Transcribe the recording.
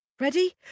Ready